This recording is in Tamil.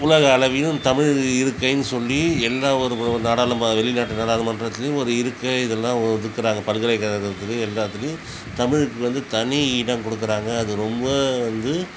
உலக அளவிலும் தமிழ் இருக்கேன்னு சொல்லி எல்லா ஊர்களும் நாடாளும் வெளிநாட்டு நாடாளுமன்றத்துலையும் ஒரு இருக்கை இதெல்லாம் ஒதுக்குறாங்க பல்கலைக்கழகத்துலையும் எல்லாத்துலையும் தமிழுக்கு வந்து தனி இடம் கொடுக்குறாங்க அது ரொம்ப வந்து